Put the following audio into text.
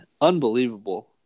unbelievable